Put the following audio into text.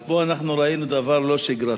אז פה אנחנו ראינו דבר לא שגרתי.